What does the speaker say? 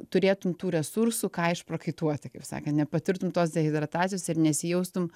turėtum tų resursų ką išprakaituoti kaip sakė nepatirtum tos dehidratacijos ir nesijaustum